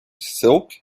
silk